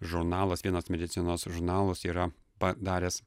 žurnalas vienos medicinos žurnalas yra padaręs